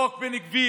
חוק בן גביר,